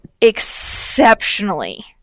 exceptionally